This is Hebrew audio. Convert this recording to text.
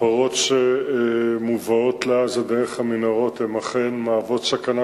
הפרות שמובאות לעזה דרך המנהרות אכן מהוות סכנה,